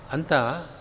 Anta